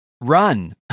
run